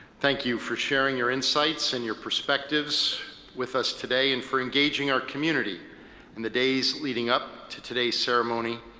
thank you for sharing your insights and your perspectives with us today and for engaging our community in the days leading up to today's ceremony.